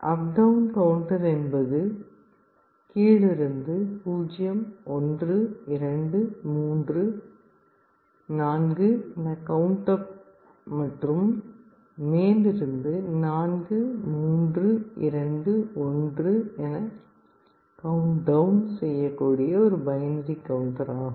அப் down counter என்பது கீழிருந்து 0 1 2 3 4 என கவுண்ட் அப் மற்றும் மேலிருந்து 4 3 2 1 என கவுண்ட் டவுன் செய்யக்கூடிய ஒரு பைனரி கவுண்டர் ஆகும்